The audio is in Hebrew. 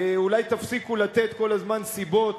אולי תפסיקו לתת כל הזמן סיבות